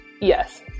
Yes